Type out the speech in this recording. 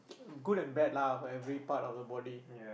good and bad lah for every part of the body